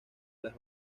las